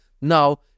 now